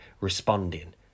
responding